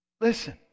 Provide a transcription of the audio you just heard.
Listen